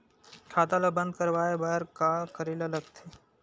खाता ला बंद करवाय बार का करे ला लगथे?